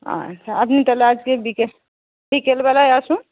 আচ্ছা আপনি তাহলে আজকে বিকেল বিকেলবেলায় আসুন